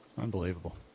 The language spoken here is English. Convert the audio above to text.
Unbelievable